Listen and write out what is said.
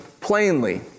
plainly